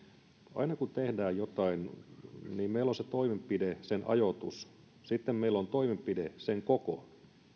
aina kun tehdään jotain niin meillä on sen toimenpiteen ajoitus sitten meillä on sen toimenpiteen koko